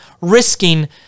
risking